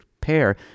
pair